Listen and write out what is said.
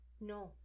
No